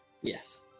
Yes